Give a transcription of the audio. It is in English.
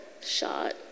shot